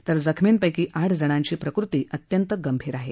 तर जखर्मीपैकी आठजणांची प्रकृती अत्यंत गंभीर आहे